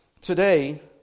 today